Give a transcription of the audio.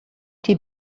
die